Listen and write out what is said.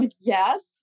yes